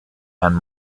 and